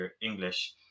English